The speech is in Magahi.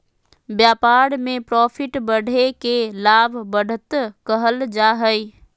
व्यापार में प्रॉफिट बढ़े के लाभ, बढ़त कहल जा हइ